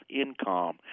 income